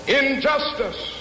injustice